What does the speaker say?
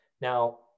Now